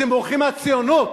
אתם בורחים מהציונות.